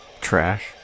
Trash